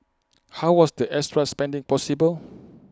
how was the extra spending possible